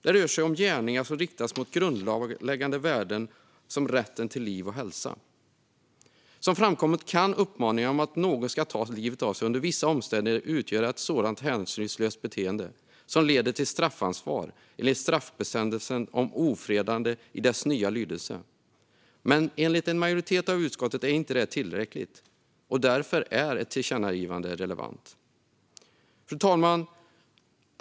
Det rör sig om gärningar som riktas mot grundläggande värden som rätten till liv och hälsa. Som framkommit kan uppmaningar om att någon ska ta livet av sig under vissa omständigheter utgöra ett sådant hänsynslöst beteende att det leder till straffansvar enligt straffbestämmelsen om ofredande i dess nya lydelse. Enligt en majoritet av utskottet är detta dock inte tillräckligt, och därför är ett tillkännagivande relevant. Fru talman!